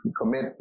commit